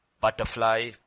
butterfly